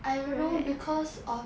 I don't know because of